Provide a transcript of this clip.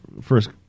first